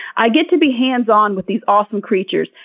i get to be hands-on with these awesome creatures,